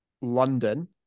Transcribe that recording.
London